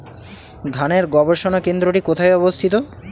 ধানের গবষণা কেন্দ্রটি কোথায় অবস্থিত?